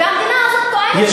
והמדינה הזאת טוענת שהיא דמוקרטית.